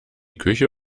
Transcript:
küche